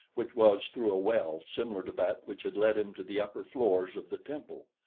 which was through a well similar to that which had led him to the upper floors of the temple.